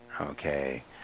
Okay